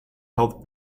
health